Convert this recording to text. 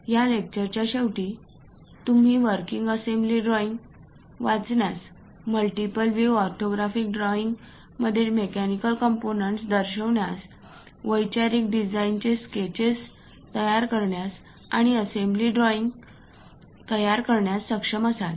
या लेक्चरच्या शेवटी तुम्ही एखादी वर्किंग असेंबली ड्रॉईंग वाचण्यास मल्टीव्ह्यू ऑर्थोग्राफिक ड्रॉईंग मध्ये मेकॅनिकल कंपोनेंट्स दर्शवण्यास वैचारिक डिझाइनचे स्केचेस तयार करण्यास आणि असेंब्ली ड्रॉईंग तयार करण्यास सक्षम असाल